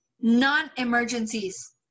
non-emergencies